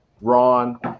Ron